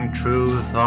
truth